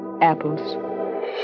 Apples